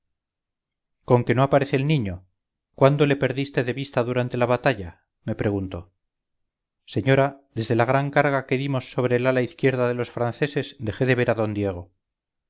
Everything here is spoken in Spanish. conque no parece el niño cuándo le perdiste de vista durante la batalla me preguntó señora desde la gran carga que dimos sobre el ala izquierda de los franceses dejé de ver a d diego